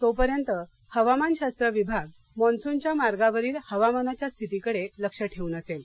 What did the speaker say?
तोपर्यंत हवामानशास्त्र विभाग मान्सूनच्या मार्गावरील हवामानाच्या स्थिती कडे लक्ष ठेऊन असेल